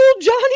Johnny